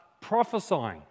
prophesying